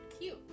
Cute